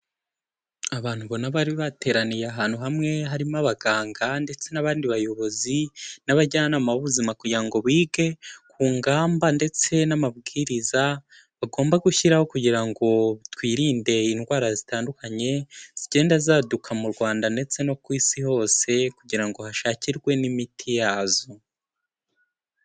Abantu ubona bari bateraniye ahantu hamwe, harimo abaganga ndetse n'abandi bayobozi, n'abajyanama b'ubuzima kugira ngo bige ku ngamba ndetse n'amabwiriza bagomba gushyiraho kugira ngo twirinde indwara zitandukanye zigenda zaduka mu Rwanda ndetse no ku isi hose kugira ngo hashakirwe n'imiti yazo.